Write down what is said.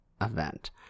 event